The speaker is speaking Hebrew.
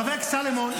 חבר הכנסת סולומון,